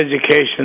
education